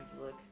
look